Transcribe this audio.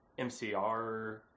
mcr